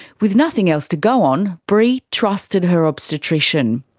with nothing else to go on, bree trusted her obstetrician.